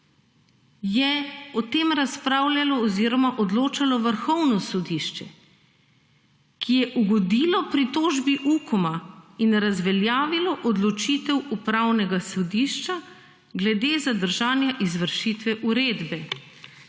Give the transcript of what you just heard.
je o tem razpravljalo oziroma odločalo Vrhovno sodišče, ki je ugodilo pritožbi UKOM-a in razveljavilo odločitev upravnega sodišča, glede zadržanja izvršitve uredbe.